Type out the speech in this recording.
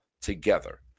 together